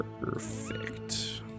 perfect